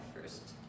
first